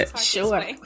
sure